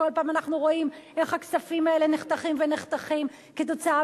כשכל פעם אנחנו רואים איך הכספים האלה נחתכים ונחתכים כתוצאה